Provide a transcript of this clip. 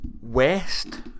west